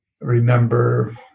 remember